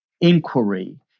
inquiry